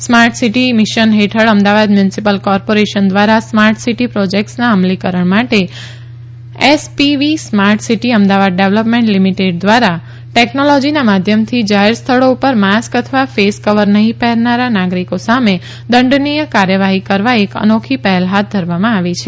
smart city mission હેઠળ Ahmedabad municipal corporation ધ્વારા smart city પ્રોજેકટસના અમલીકરણ માટે SPV smart city Ahmedabad development લી ધ્વારા ટેકનોલોજીના માધ્યમથી જાહેર સ્થળો પર માસ્ક અથવા ફેસ કવર નહી પહેરનારા નાગરીકો સામે દંડનીય કાર્યવાઠી કરવા એક અનોખી પહેલ હાથ ધરાવમાં આવી છે